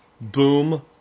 Boom